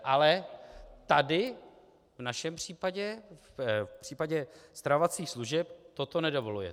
Ale tady v našem případě, v případě stravovacích služeb, toto nedovolujete.